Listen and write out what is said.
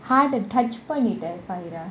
heart and touch புனித :panita fahirah